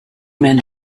men